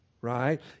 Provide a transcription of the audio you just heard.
right